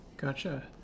Gotcha